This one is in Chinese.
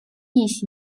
地形